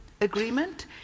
agreement